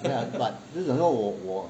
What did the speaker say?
ya but 就是讲说我我